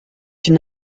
une